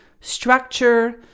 structure